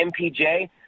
MPJ